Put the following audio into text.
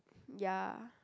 ya